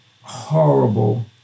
horrible